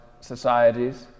societies